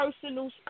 personal